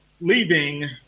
leaving